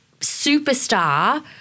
superstar